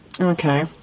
Okay